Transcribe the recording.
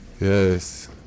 Yes